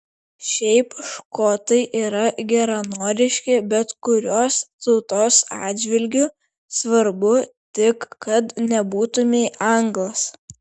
šiaip škotai yra geranoriški bet kurios tautos atžvilgiu svarbu tik kad nebūtumei anglas